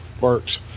works